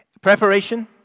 Preparation